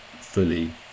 fully